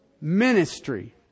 ministry